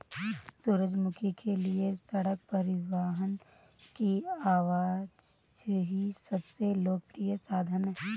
सूरजमुखी के लिए सड़क परिवहन की आवाजाही सबसे लोकप्रिय साधन है